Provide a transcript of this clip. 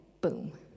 Boom